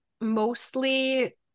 mostly